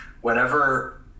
whenever